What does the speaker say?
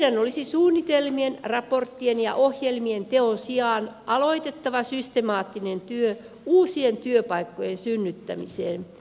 meidän olisi suunnitelmien raporttien ja ohjelmien teon sijaan aloitettava systemaattinen työ uusien työpaikkojen synnyttämiseen